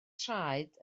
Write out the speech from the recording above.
traed